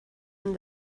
hem